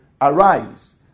Arise